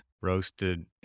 Roasted